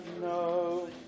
no